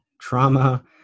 trauma